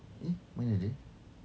eh mana dia